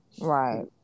Right